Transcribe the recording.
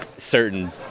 certain